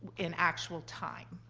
in actual time.